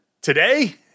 today